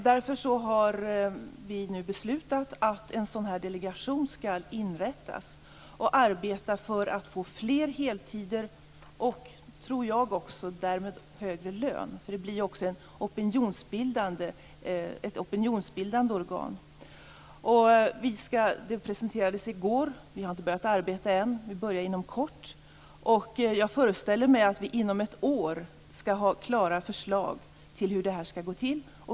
Därför har vi nu beslutat att en delegation skall utses som skall arbeta för att få fler heltidsjobb och, tror jag, därmed också högre löner. Det blir också ett opinionsbildande organ. Det här presenterades i går. Vi har inte börjat arbeta än, men vi börjar inom kort. Jag föreställer mig att vi inom ett år skall ha klara förslag till hur det skall gå till.